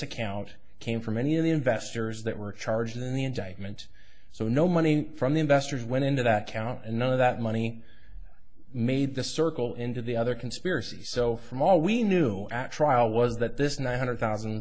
account came from any of the investors that were charged in the indictment so no money from the investors went into that count and know that money made the circle into the other conspiracy so from all we knew at trial was that this one hundred thousand